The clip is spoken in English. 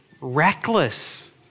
reckless